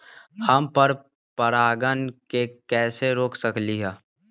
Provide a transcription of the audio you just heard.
हम पर परागण के कैसे रोक सकली ह?